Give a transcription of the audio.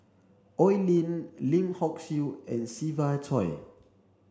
Oi Lin Lim Hock Siew and Siva Choy